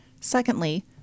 Secondly